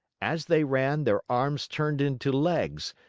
as they ran, their arms turned into legs,